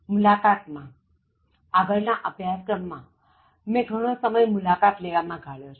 મુલાકાત માં આગળના અભ્યાસક્રમ માં મેં ઘણો સમય મુલાકાત લેવા માં ગાળ્યો છે